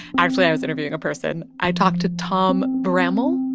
actually, i was interviewing a person. i talked to tom bramell.